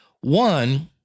One